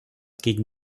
gegen